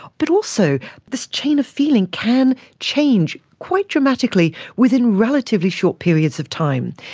but also this chain of feeling can change quite dramatically within relatively short periods of time.